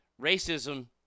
racism